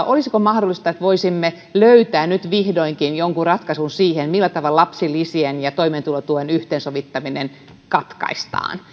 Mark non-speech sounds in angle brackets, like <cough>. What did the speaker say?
<unintelligible> olisiko mahdollista että voisimme löytää nyt vihdoinkin jonkun ratkaisun siihen millä tavalla lapsilisien ja toimeentulotuen yhteensovittaminen katkaistaan